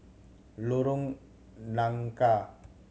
Lorong Nangka